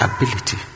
ability